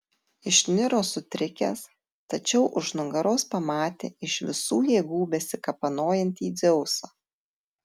išniro sutrikęs tačiau už nugaros pamatė iš visų jėgų besikapanojantį dzeusą